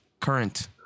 Current